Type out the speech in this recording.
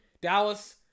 Dallas